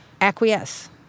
acquiesce